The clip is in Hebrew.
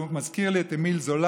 שהוא מזכיר לי את אמיל זולא,